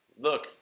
look